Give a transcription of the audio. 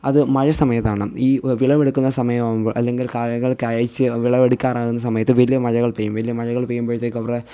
അത് മഴ സമയത്താണ് ഈ വിളവെടുക്കുന്നത് സമയമാകുമ്പോൾ അല്ലെങ്കിൽ കായകൾ കായ്ച്ച് വിളവെടുക്കാറാകുന്ന സമയത്ത് വലിയ മഴകൾ പെയ്യും വലിയ മഴകൾ പെയ്യുമ്പോഴത്തേക്കും അവരുടെ